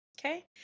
okay